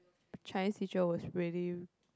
Chinese teacher was really